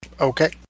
Okay